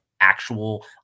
actual